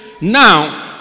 Now